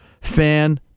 fan